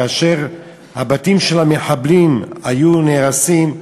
כאשר הבתים של המחבלים היו נהרסים,